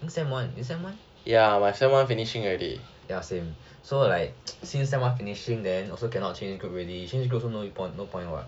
exam one exam one ya so like sem one finishing then also cannot change group already change group also no point [what]